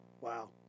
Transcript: Wow